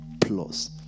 plus